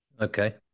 okay